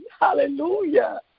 Hallelujah